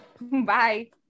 Bye